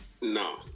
No